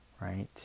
right